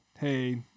hey